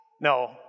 no